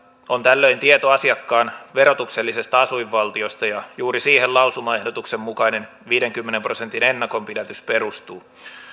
on tällöin tieto asiakkaan verotuksellisesta asuinvaltiosta ja juuri siihen lausumaehdotuksen mukainen viidenkymmenen prosentin ennakonpidätys perustuu